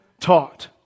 taught